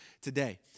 today